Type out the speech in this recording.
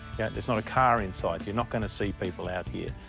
there's not a car in sight. you're not gonna see people out here.